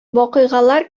вакыйгалар